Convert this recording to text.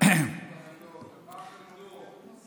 סבאח אל-נור.